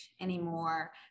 anymore